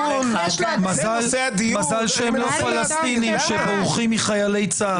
מזל שהם לא פלסטינים שבורחים מחיילי צה"ל.